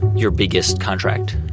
your biggest contract?